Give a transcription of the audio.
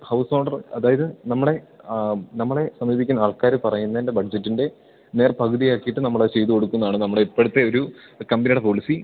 house owner അതായത് നമ്മുടെ നമ്മളെ സമീപിക്കുന്ന ആൾക്കാർ പറയുന്നതിൻ്റെ ബഡ്ജറ്റിൻ്റെ നേർപകുതി ആക്കിയിട്ട് നമ്മളത് ചെയ്തു കൊടുക്കുമെന്നാണ് നമ്മുടെ ഇപ്പോഴത്തെ ഒരു കമ്പനിയുടെ പോളിസി